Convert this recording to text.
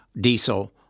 diesel